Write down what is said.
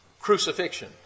crucifixion